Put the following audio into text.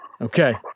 Okay